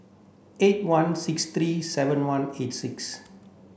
eight one six three seven one eight six